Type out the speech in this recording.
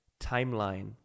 timeline